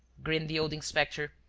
grinned the old inspector.